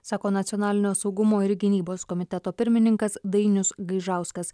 sako nacionalinio saugumo ir gynybos komiteto pirmininkas dainius gaižauskas